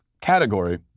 category